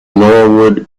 norwood